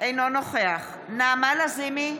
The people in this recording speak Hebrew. אינו נוכח נעמה לזימי,